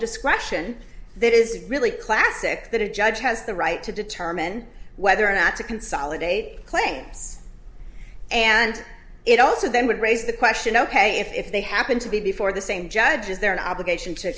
discretion that is really classic that a judge has the right to determine whether or not to consolidate claims and it also then would raise the question ok if they happen to be before the same judge is there an obligation to